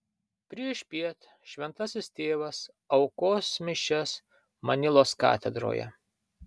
priešpiet šventasis tėvas aukos mišias manilos katedroje